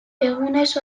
egunez